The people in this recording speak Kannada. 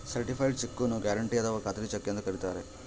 ಸರ್ಟಿಫೈಡ್ ಚೆಕ್ಕು ನ್ನು ಗ್ಯಾರೆಂಟಿ ಅಥಾವ ಖಾತ್ರಿ ಚೆಕ್ ಎಂದು ಕರಿತಾರೆ